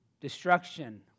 destruction